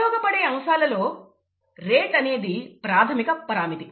ఉపయోగపడే అంశాలలో రేట్ అనేది ప్రాథమిక పరామితి